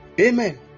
Amen